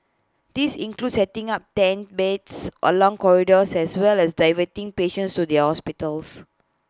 these include setting up tent beds along corridors as well as diverting patients to the hospitals